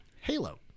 Halo